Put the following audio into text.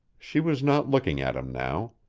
she was not looking at him now.